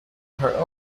her